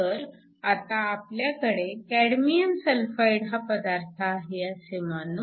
तर आता आपल्याकडे कॅडमियम सल्फाइड हा पदार्थ आहे असे मानू